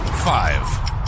Five